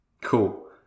Cool